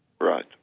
Right